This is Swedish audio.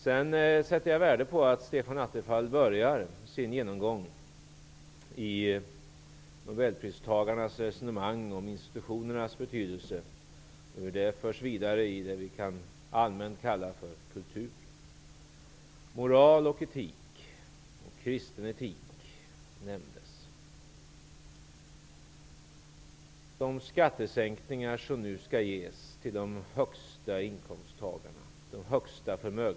Jag sätter värde på att Stefan Attefall börjar sin genomgång med nobelpristagarnas resonemang om institutionernas betydelse och om hur det förs vidare i vad vi allmänt kan kalla för kultur. Moral och kristen etik talades det också om. De högsta inkomsttagarna och de största förmögenhetsägarna skall nu få skattesänkningar.